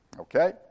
Okay